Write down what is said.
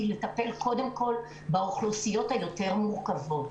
לטפל קודם כל באוכלוסיות היותר מורכבות.